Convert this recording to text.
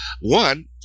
One